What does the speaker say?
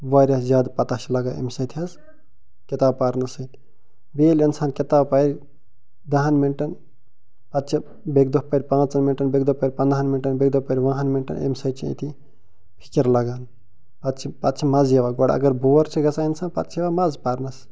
وارِیاہ زیادٕ پتاہ چھِ لگان امہِ سۭتۍ حظ کِتاب پرنہٕ سۭتۍ بیٚیہِ ییٚلہِ انسان کِتاب پرِ دہن منٹن پتہٕ چھِ بیٚکہِ دۄہ پرِ پانٛژن منٹن بیٚکہِ دۄہ پرِ پندٕہن منٹن بیٚیہِ دۄہ پرِ وُہن منٹن امہِ سۭتۍ چھِ أتی فِکر لگان پتہٕ چھ پتہٕ چھِ مزٕ یِوان گۄڈٕ اگر بور چھِ گژھان انسان پتہٕ چھُ یِوان مزٕ پرنس